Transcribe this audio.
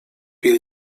will